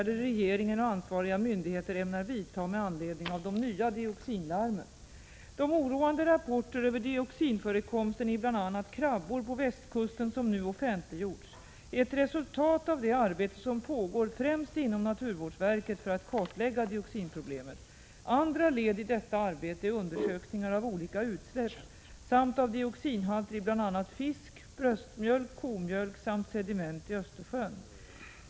De oroande rapporter över dioxinförekomsten i bl.a. krabbor på västkusten som nu offentliggjorts är ett resultat av det arbete som pågår främst inom naturvårdsverket för att kartlägga dioxinproblemet. Andra led i detta arbete är undersökningar av olika utsläpp samt av dioxinhalter i bl.a. fisk, bröstmjölk, komjölk samt sediment i Östersjön.